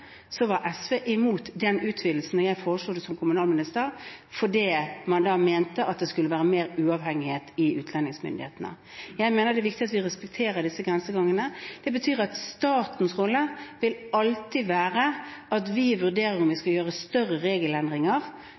var imot den utvidelsen da jeg foreslo den som kommunalminister, fordi man da mente det skulle være mer uavhengighet i utlendingsmyndighetene. Jeg mener det er viktig at vi respekterer disse grensegangene. Det betyr at statens rolle alltid vil være at vi vurderer om vi skal gjøre større regelendringer